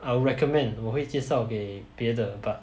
I would recommend 我会介绍给别的 but